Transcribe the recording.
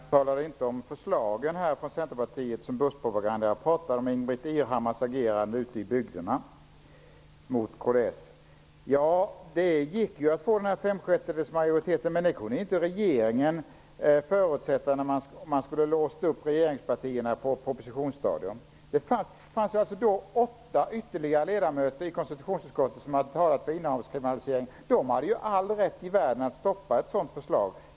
Herr talman! Jag har inte sagt att Centerpartiets förslag är buskpropaganda. Jag pratade om Ingbritt Irhammars agerande mot kds ute i bygderna. Det gick att få fem sjättedels majoritet. Men det kunde inte regeringen förutsätta. I så fall skulle man få låsa upp regeringspartierna på propositionsstadiet. Det fanns ytterligare åtta ledamöter i konstitutionsutskottet som hade talat för innehavskriminalsering. De hade all rätt i världen att stoppa ett förslag.